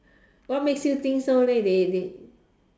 what makes you think so leh they they